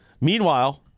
Meanwhile